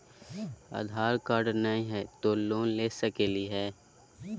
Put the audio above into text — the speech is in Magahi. आधार कार्ड नही हय, तो लोन ले सकलिये है?